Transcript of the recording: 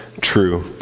true